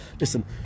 Listen